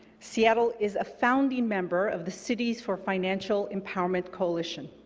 seattle is a founding member of the cities for financial empowerment coalition.